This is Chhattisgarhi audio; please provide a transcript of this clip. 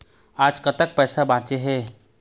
आज कतक पैसा बांचे हे?